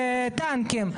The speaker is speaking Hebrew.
טנקים,